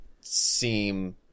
seem